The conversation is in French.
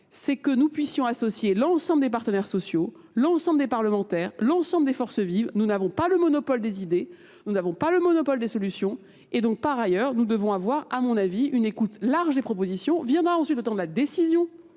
c'est que nous puissions associer l'ensemble des partenaires sociaux, l'ensemble des parlementaires, l'ensemble des forces vives. Nous n'avons pas le monopole des idées, nous n'avons pas le monopole des solutions. Et donc, par ailleurs, nous devons avoir, à mon avis, une écoute large des propositions. Viendra ensuite la décision.